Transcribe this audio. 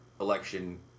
election